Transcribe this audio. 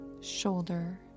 shoulder